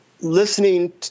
listening